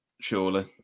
surely